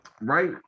right